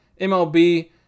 MLB